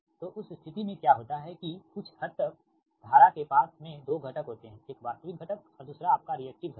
तो उस स्थिति में क्या होता है कि कुछ हद तक धारा के पास में 2 घटक होते हैं एक वास्तविक घटक और दूसरा आपका रिएक्टिव घटक